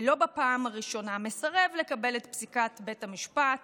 ולא בפעם הראשונה, מסרב לקבל את פסיקת בית המשפט